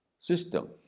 system